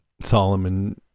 Solomon